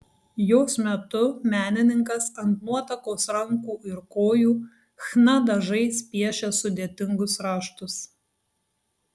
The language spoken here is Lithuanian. jos metu menininkas ant nuotakos rankų ir kojų chna dažais piešia sudėtingus raštus